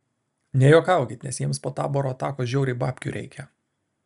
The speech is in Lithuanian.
nejuokaukit nes jiems po taboro atakos žiauriai babkių reikia